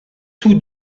tous